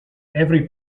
every